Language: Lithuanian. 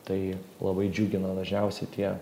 tai labai džiugina dažniausiai tie